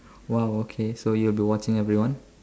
!wow! okay so you will be watching everyone